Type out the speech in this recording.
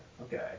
Okay